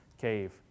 cave